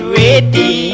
ready